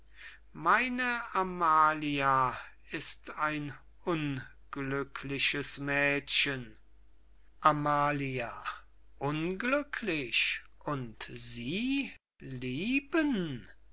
meine amalia ist ein unglückliches mädchen amalia unglücklich und sie lieben